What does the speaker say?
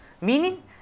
Meaning